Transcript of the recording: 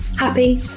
happy